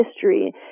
history